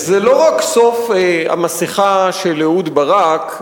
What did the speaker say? זה לא רק סוף המסכה של אהוד ברק,